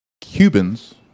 Cubans